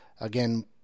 Again